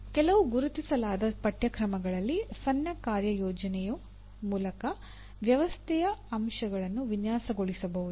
ಕೆಲವು ಗುರುತಿಸಲಾದ ಪಠ್ಯಕ್ರಮಗಳಲ್ಲಿ ಸಣ್ಣ ಕಾರ್ಯಯೋಜನೆಯ ಮೂಲಕ ವ್ಯವಸ್ಥೆಯ ಅಂಶಗಳನ್ನು ವಿನ್ಯಾಸಗೊಳಿಸಬಹುದು